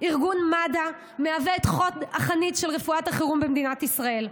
ארגון מד"א מהווה את חוד החנית של רפואת החירום במדינת ישראל.